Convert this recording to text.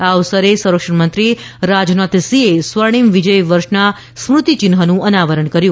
આ અવસરે સંરક્ષણમંત્રી રાજનાથસિંહે સ્વર્ણિમ વિજય વર્ષના સ્મૃતિ ચિન્હનું અનાવરણ કર્યું